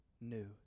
new